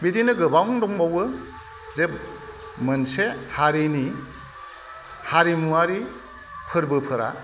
बिदिनो गोबां दंबावो जे मोनसे हारिनि हारिमुवारि फोरबोफोरा